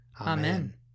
Amen